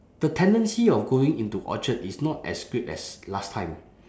the tendency of going into orchard is not as great as last time